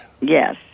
Yes